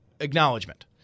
Acknowledgement